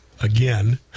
Again